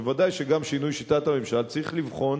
ודאי שגם את שינוי שיטת הממשל צריך לבחון